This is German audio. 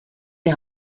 die